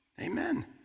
Amen